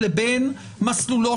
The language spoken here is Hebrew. המצב הוא מספיק גרוע מכל מיני בחינות,